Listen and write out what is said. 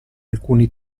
alcuni